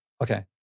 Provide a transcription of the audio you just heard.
Okay